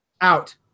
out